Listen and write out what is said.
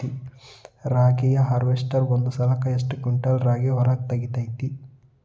ರಾಗಿಯ ಹಾರ್ವೇಸ್ಟರ್ ಒಂದ್ ಸಲಕ್ಕ ಎಷ್ಟ್ ಕ್ವಿಂಟಾಲ್ ರಾಗಿ ಹೊರ ತೆಗಿತೈತಿ?